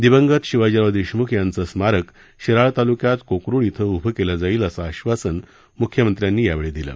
दिवंगत शिवाजीराव देशम्ख यांचं स्मारक शिराळा तालुक्यात कोकरुड इथं उभं केलं जाईल असं आश्वासन मुख्यमंत्र्यांनी यावेळी दिलं